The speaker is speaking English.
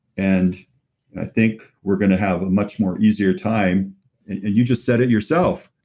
and i think we're going to have a much more easier time and you just said it yourself,